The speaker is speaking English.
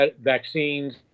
vaccines